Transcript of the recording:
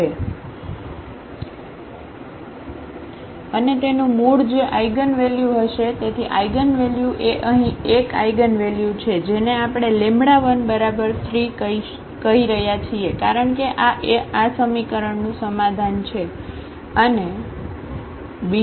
અને તેનું મૂળ જે આઇગનવેલ્યુ હશે તેથી આઇગનવેલ્યુ એ અહીં 1 આઇગનવેલ્યુ છે જેને આપણે 13કહી રહ્યા છીએ કારણ કે આ આ સમીકરણનું સમાધાન છે